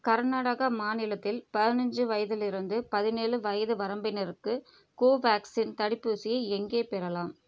கர்நாடகா மாநிலத்தில் பதினஞ்சு வயதிலிருந்து பதினேழு வயது வரம்பினருக்கு கோவேக்சின் தடுப்பூசியை எங்கே பெறலாம்